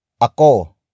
Ako